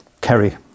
Kerry